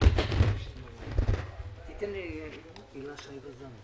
ממשלתית נטו, שאינה כוללת החזר חובות